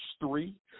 three